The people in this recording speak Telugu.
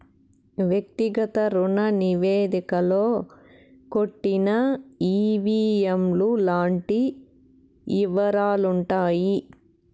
వ్యక్తిగత రుణ నివేదికలో కట్టిన ఈ.వీ.ఎం లు లాంటి యివరాలుంటాయి